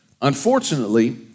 Unfortunately